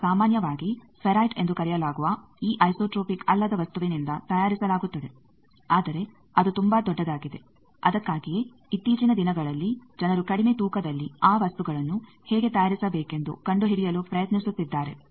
ಇದನ್ನು ಸಾಮಾನ್ಯವಾಗಿ ಫೆರೈಟ್ ಎಂದು ಕರೆಯಲಾಗುವ ಈ ಐಸೋಟ್ರೋಪಿಕ್ ಅಲ್ಲದ ವಸ್ತುವಿನಿಂದ ತಯಾರಿಸಲಾಗುತ್ತದೆ ಆದರೆ ಅದು ತುಂಬಾ ದೊಡ್ಡದಾಗಿದೆ ಅದಕ್ಕಾಗಿಯೇ ಇತ್ತೀಚಿನ ದಿನಗಳಲ್ಲಿ ಜನರು ಕಡಿಮೆ ತೂಕದಲ್ಲಿ ಆ ವಸ್ತುಗಳನ್ನು ಹೇಗೆ ತಯಾರಿಸಬೇಕೆಂದು ಕಂಡುಹಿಡಿಯಲು ಪ್ರಯತ್ನಿಸುತ್ತಿದ್ದಾರೆ